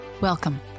Welcome